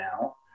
now